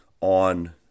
on